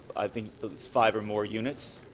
i think five or more units,